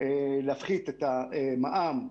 להפחית את המע"מ,